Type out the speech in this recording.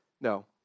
no